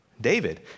David